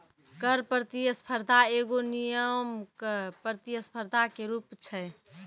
कर प्रतिस्पर्धा एगो नियामक प्रतिस्पर्धा के रूप छै